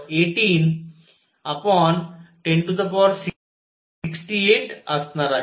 610 76 81101810 68असणार आहे